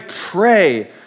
pray